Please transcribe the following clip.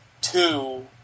two